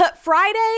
Friday